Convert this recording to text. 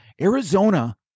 arizona